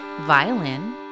violin